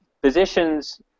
physicians